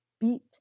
beat